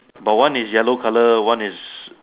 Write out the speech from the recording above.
but one is yellow color [one] is